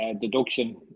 deduction